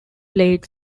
played